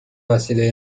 وسیله